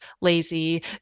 lazy